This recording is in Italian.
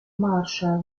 marshall